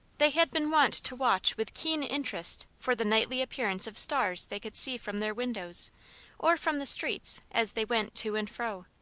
they had been wont to watch with keen interest for the nightly appearance of stars they could see from their windows or from the streets as they went to and fro.